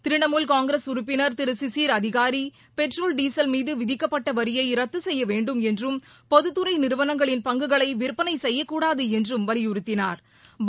Trinamool Congress Sisir Adhikari petrol diesel திரு மீதுவிதிக்கப்பட்டவரியைரத்துசெய்யவேண்டும் என்றும் பொதுத்துறைநிறுவனங்களின் பங்குகளைவிற்பனைசெய்யக்கூடாதுஎன்றுவலியுறுத்தினாா்